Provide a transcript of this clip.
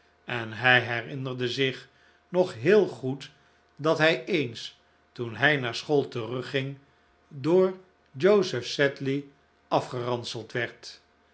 en hij herinnerde zich nog heel goed dat hij eens toen hij naar school terugging door joseph sedley afgeranseldwerd de